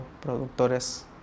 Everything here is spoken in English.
productores